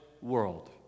world